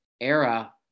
era